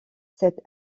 cette